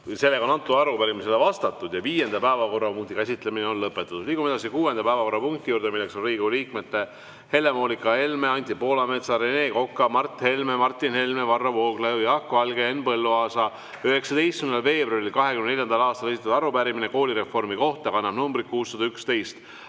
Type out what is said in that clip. Seega on arupärimisele vastatud ja viienda päevakorrapunkti käsitlemine on lõpetatud. Liigume edasi kuuenda päevakorrapunkti juurde. See on Riigikogu liikmete Helle-Moonika Helme, Anti Poolametsa, Rene Koka, Mart Helme, Martin Helme, Varro Vooglaiu, Jaak Valge ja Henn Põlluaasa 19. veebruaril 2024. aastal esitatud arupärimine koolireformi kohta, mis kannab numbrit 611.